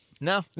No